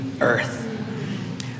earth